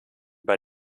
bei